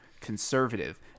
conservative